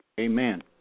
amen